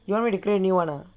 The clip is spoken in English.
you want me to create a new one ah